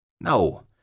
No